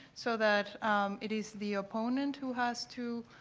so that it is the opponent who has to